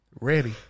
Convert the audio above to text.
Ready